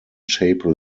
chapel